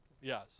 Yes